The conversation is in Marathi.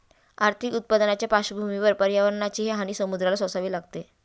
आर्थिक उत्पन्नाच्या पार्श्वभूमीवर पर्यावरणाची हानी समुद्राला सोसावी लागते